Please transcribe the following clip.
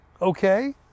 okay